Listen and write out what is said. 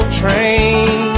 train